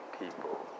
people